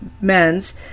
men's